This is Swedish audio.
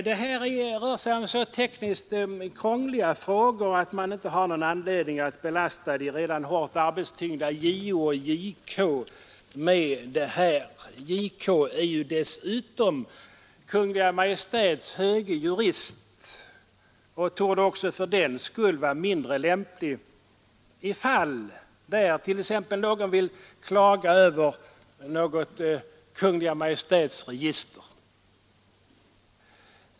Det rör sig här om så tekniskt krångliga frågor att man inte har någon anledning att belasta de redan hårt arbetstyngda JO och JK med detta. JK är ju dessutom Kungl. Maj:ts höge jurist och torde också fördenskull vara mindre lämplig ifall någon vill klaga över något Kungl. Maj:ts register.